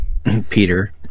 Peter